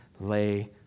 lay